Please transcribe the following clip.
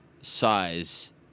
size